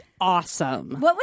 awesome